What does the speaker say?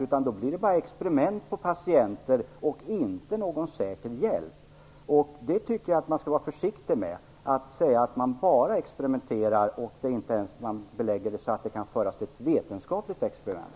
Det blir bara experiment på patienter och inte någon säker hjälp. Jag tycker att man skall vara försiktig med att säga att man bara experimenterar och att man inte ens belägger det man gör så att det kan föras till ett vetenskapligt experiment.